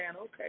okay